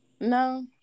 No